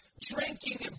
drinking